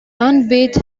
upbeat